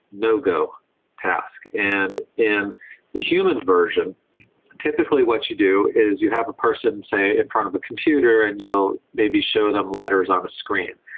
no-go' task. and in the human version typically what you do is you have a person, say, in front of a computer and you will maybe shown them letters on a screen,